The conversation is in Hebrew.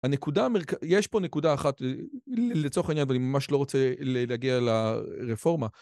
הנקודה, יש פה נקודה אחת, לצורך העניין, ואני ממש לא רוצה להגיע לרפורמה.